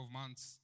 months